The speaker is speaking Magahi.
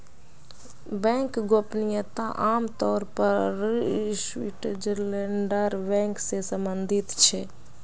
बैंक गोपनीयता आम तौर पर स्विटज़रलैंडेर बैंक से सम्बंधित छे